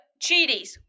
cheeties